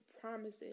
promises